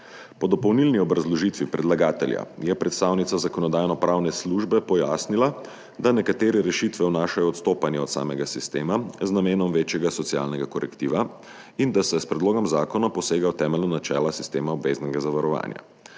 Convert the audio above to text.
Po dopolnilni obrazložitvi predlagatelja je predstavnica Zakonodajno-pravne službe pojasnila, da nekatere rešitve vnašajo odstopanja od samega sistema z namenom večjega socialnega korektiva in da se s predlogom zakona posega v temeljna načela sistema obveznega zavarovanja.